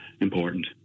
important